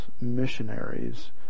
missionaries